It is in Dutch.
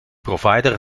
provider